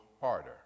harder